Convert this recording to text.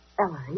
Ellery